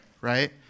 right